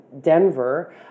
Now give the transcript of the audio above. Denver